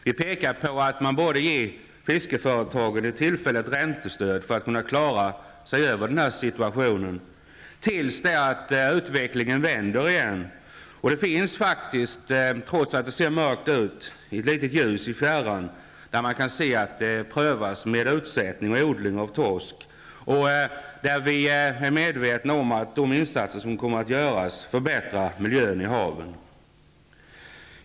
Vi framhåller att man borde ge fiskeföretagen ett tillfälligt räntestöd för att de skall kunna klara sig genom den här situationen till dess att utvecklingen vänder igen. Det finns faktiskt, trots att det ser mörkt ut, ett litet ljus i fjärran. Man prövar med utsättning och odling av torsk, och vi är medvetna om att de insatser som kommer att göras förbättrar miljön i havet.